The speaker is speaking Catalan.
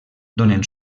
donen